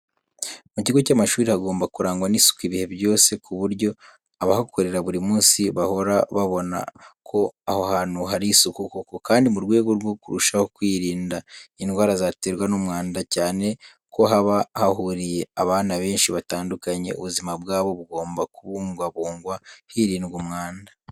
Mu kigo cy'amashuri hagomba kurangwa n'isuku ibihe byose, ku buryo abahakorera buri munsi bahora babona ko aho hantu hari isuku koko. Kandi mu rwego rwo kurushaho kwirinda indwara zaterwa n'umwana cyane ko haba hahuriye abana benshi batandukanye, ubuzima bwabo bugomba kubungwabungwa hirindwa umwanda.